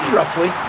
roughly